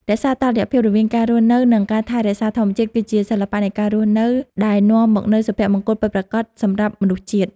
រក្សាតុល្យភាពរវាងការរស់នៅនិងការថែរក្សាធម្មជាតិគឺជាសិល្បៈនៃការរស់នៅដែលនាំមកនូវសុភមង្គលពិតប្រាកដសម្រាប់មនុស្សជាតិ។